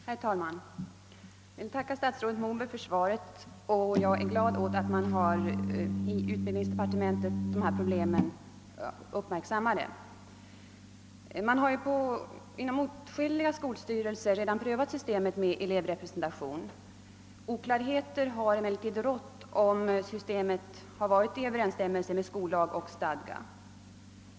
Herr talman! Jag tackar statsrådet Moberg för svaret och är glad åt att dessa problem uppmärksammas i utbildningsdepartementet. Inom åtskilliga skolstyrelser har systemet med elevrepresentation redan prövats. Oklarheter har emellertid rått om systemet stått i överensstämmelse med skollag och stadga.